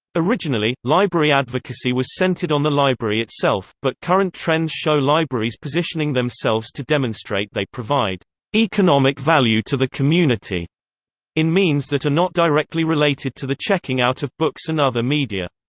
originally, library advocacy was centered on the library itself, but current trends show libraries positioning themselves to demonstrate they provide economic value to the community in means that are not directly related to the checking out of books and other media.